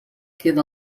queda